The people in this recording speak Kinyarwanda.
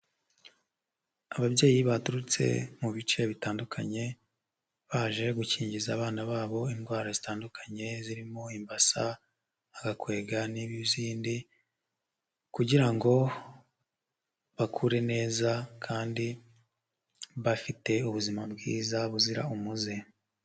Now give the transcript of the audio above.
Ababyeyi baturutse mu bice bitandukanye baje gukingiza abana babo indwara zitandukanye zirimo imbasa, agakwega n'izindi kugira ngo bakure neza kandi bafite ubuzima bwiza buzira umuze.